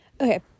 Okay